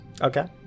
Okay